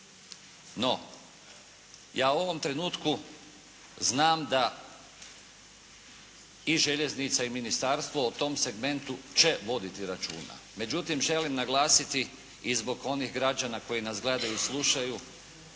No, ja u ovom trenutku znam da i željeznica i ministarstvo o tom segmentu će voditi računa. Međutim, želim naglasiti i zbog onih građana koji nas gledaju i slušaju